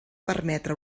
permetre